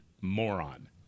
moron